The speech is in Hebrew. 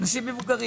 אנשים מבוגרים.